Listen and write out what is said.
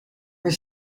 maar